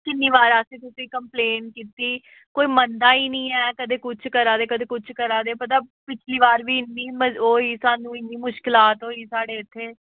किन्नी बार असें तुसेंगी कम्पलेन कीती कोई मनदा निं ऐ कदें कुछ करा दे कदें कुछ करा दे पिछ्ली बार भी इन्नी होई ओह् होई इन्नी मुश्कलात होई साढ़े इत्थें